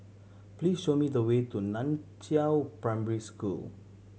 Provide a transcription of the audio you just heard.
please show me the way to Nan Chiau Primary School